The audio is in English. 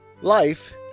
Life